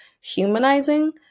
humanizing